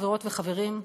חברות וחברים,